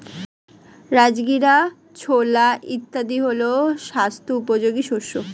রাজগীরা, ছোলা ইত্যাদি হল স্বাস্থ্য উপযোগী শস্য